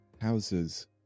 houses